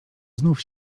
znów